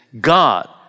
God